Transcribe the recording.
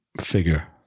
figure